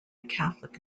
catholic